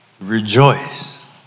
Rejoice